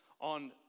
On